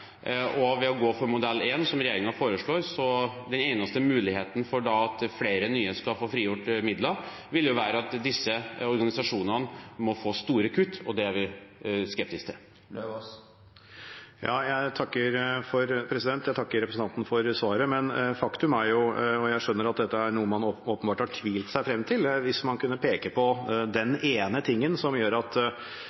Ved å gå for modell 1, som regjeringen foreslår, vil den eneste muligheten for at flere nye skal få frigjort midler, være at disse organisasjonene må få store kutt, og det er vi skeptiske til. Jeg takker representanten for svaret, og jeg skjønner at dette er noe man åpenbart har tvilt seg frem til, hvis man kunne peke på den